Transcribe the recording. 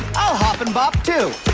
i'll hop and bop too.